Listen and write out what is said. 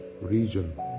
region